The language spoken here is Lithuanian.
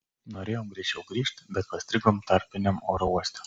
norėjom greičiau grįžt bet pastrigom tarpiniam oro uoste